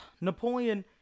Napoleon